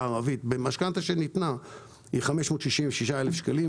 הערבית במשכנתה שניתנה הוא 566,000 שקלים,